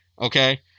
Okay